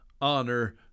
honor